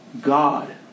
God